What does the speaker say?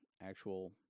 actual